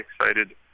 excited